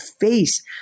face